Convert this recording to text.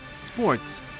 sports